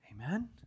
Amen